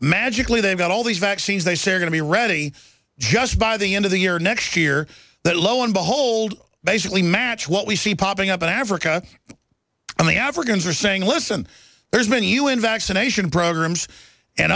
magically they've got all these vaccines they say are going to be ready just by the end of the year next year that lo and behold basically match what we see popping up in africa and the africans are saying listen there's many un vaccination programs and